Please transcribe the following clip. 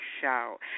show